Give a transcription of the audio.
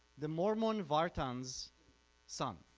the mormon vartan's son,